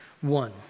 one